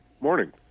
Morning